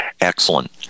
Excellent